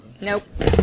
Nope